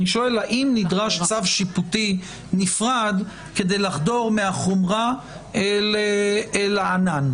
אני שואל האם נדרש צו שיפוטי נפרד כדי לחדור מהחומרה אל הענן?